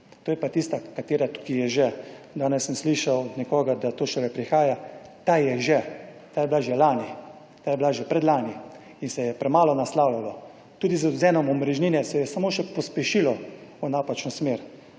To je pa tista katera, ki je že. Danes sem slišal od nekoga, da to šele prihaja. Ta je že. Ta je bila že lani, ta je bila že predlani in se je premalo naslavljalo. Tudi z odvzemom omrežnine se je samo še pospešilo v napačno smer,